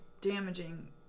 damaging